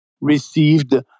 received